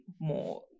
more